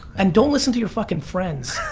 and don't listen to your fucking friends.